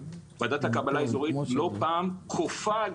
ועדת הקבלה האזורית לא פעם כופה על